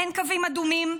אין קווים אדומים,